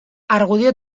argudio